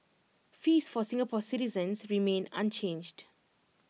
fees for Singapore citizens remain unchanged